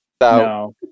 No